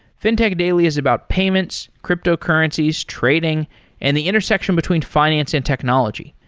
fintech daily is about payments, cryptocurrencies, trading and the intersection between finance and technology.